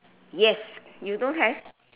yes you don't have